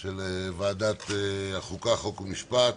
של ועדת החוקה, חוק ומשפט.